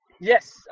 Yes